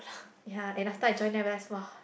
ya and after I join them I just [wah]